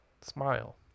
smile